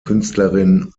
künstlerin